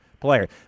player